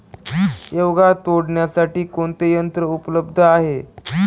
शेवगा तोडण्यासाठी कोणते यंत्र उपलब्ध आहे?